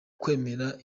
kwemera